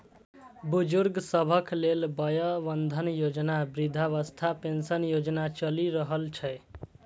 बुजुर्ग सभक लेल वय बंधन योजना, वृद्धावस्था पेंशन योजना चलि रहल छै